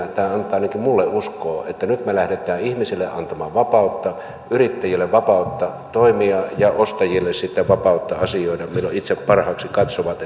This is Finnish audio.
tämä antaa minulle uskoa että nyt me lähdemme ihmisille antamaan vapautta yrittäjille vapautta toimia ja ostajille sitten vapautta asioida milloin itse parhaaksi katsovat